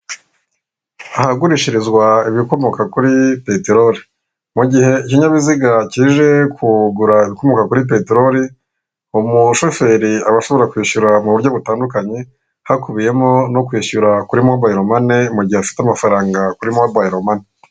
Ahagurishirizwa ibikomoka kuri peterori. Mu gihe ikinyabiziga kije kugura ibikomoka kuri peterori, umushoferi aba ashobora kwishyura mu buryo butandukanye; hakubiyemo no kwishyura kuri mobayiro mani mu gihe afite amafaranga kuri mobayiro mani.